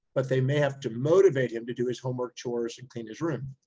but they may have to motivate him to do his homework, chores and clean his room.